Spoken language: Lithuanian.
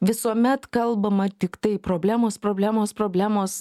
visuomet kalbama tiktai problemos problemos problemos